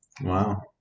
Wow